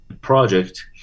project